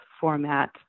format